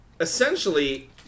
essentially